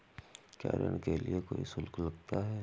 क्या ऋण के लिए कोई शुल्क लगता है?